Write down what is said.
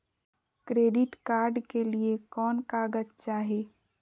Credit card के लिए कौन कागज चाही?